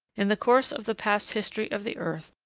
in the course of the past history of the earth,